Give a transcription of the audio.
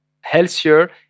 healthier